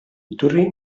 iturri